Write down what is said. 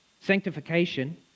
Sanctification